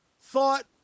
thought